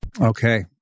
Okay